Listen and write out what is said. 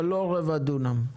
אבל לא רבע דונם.